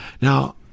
Now